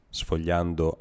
sfogliando